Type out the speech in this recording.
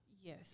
Yes